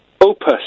Opus